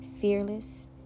fearless